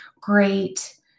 great